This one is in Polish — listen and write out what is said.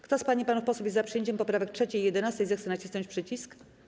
Kto z pań i panów posłów jest za przyjęciem poprawek 3. i 11., zechce nacisnąć przycisk.